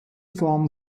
form